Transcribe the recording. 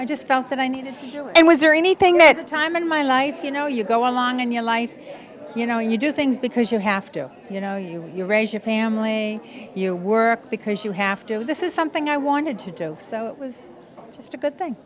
i just felt that i needed and was there anything that time in my life you know you go along in your life you know you do things because you have to you know you you raise your family you work because you have to this is something i wanted to do so it was just a good thing